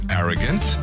arrogant